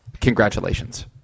Congratulations